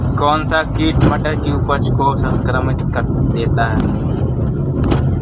कौन सा कीट मटर की उपज को संक्रमित कर देता है?